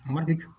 আমাদের